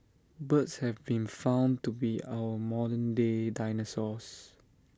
birds have been found to be our modern day dinosaurs